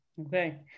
okay